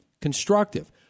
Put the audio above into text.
constructive